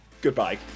Goodbye